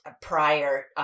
prior